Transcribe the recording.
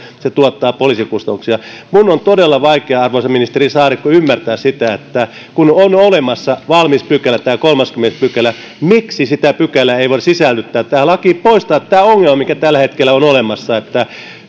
se tuottaa poliisikustannuksia minun on todella vaikea arvoisa ministeri saarikko ymmärtää sitä kun on olemassa valmis pykälä tämä kolmaskymmenes pykälä miksi sitä pykälää ei voida sisällyttää tähän lakiin ja poistaa tätä ongelmaa mikä tällä hetkellä on olemassa